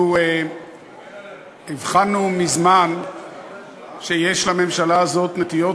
אנחנו הבחנו מזמן שיש לממשלה הזאת נטיות